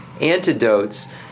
antidotes